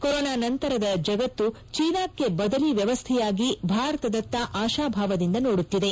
corona ನಂತರದ ಜಗತ್ತು ಚೀನಾಕ್ಕೆ ಬದಲಿ ವ್ಯವಸ್ಥೆಯಾಗಿ ಭಾರತದತ್ತ ಆಶಾಭಾವದಿಂದ ನೋಡುತ್ತಿದೆ